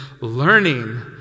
learning